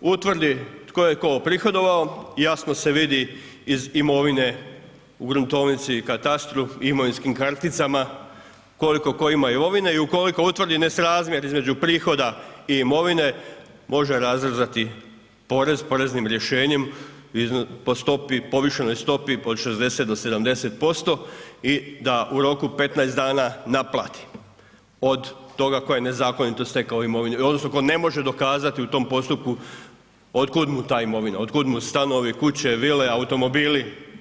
utvrdi tko je tko prihodovao, jasno se vidi iz imovine u gruntovnici i katastru i imovinskim karticama koliko tko ima imovine i ukoliko utvrdi nesrazmjer između prihoda i imovine može razrezati porez poreznim rješenjem po povišenoj stopi od 60-70% i da u roku 15 dana naplati od toga koji je nezakonito stekao imovinu, odnosno tko ne može dokazati u tom postupku otkud mu ta imovina, otkud mu stanovi, kuće, vile, automobili.